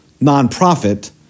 nonprofit